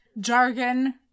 jargon